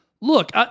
Look